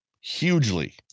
hugely